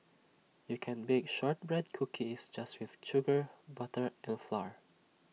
you can bake Shortbread Cookies just with sugar butter and flour